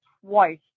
twice